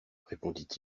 répond